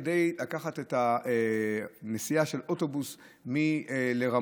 כדי לקחת נסיעה של אוטובוס לרמות,